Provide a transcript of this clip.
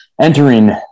entering